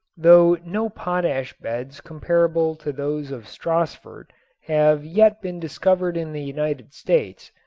though no potash beds comparable to those of stassfurt have yet been discovered in the united states,